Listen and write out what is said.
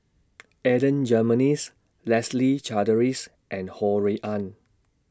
Adan Jimenez Leslie Charteris and Ho Rui An